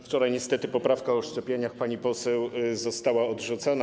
Wczoraj niestety poprawka o szczepieniach, pani poseł, została odrzucona.